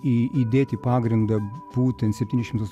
į įdėt į pagrindą būtent septynis šimtus